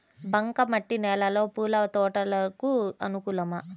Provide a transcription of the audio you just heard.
బంక మట్టి నేలలో పూల తోటలకు అనుకూలమా?